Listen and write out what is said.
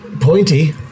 Pointy